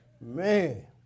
Man